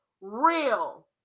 real